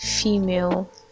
female